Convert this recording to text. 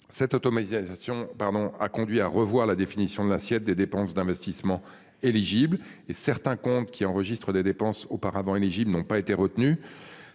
Cette automatisation pardon a conduit à revoir la définition de l'assiette des dépenses d'investissements éligibles et certains comptes qui enregistre des dépenses auparavant éligibles n'ont pas été retenus.